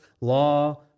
law